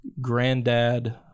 granddad